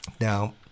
Now